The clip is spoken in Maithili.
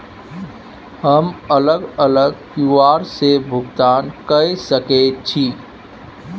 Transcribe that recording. हम अलग अलग क्यू.आर से भुगतान कय सके छि?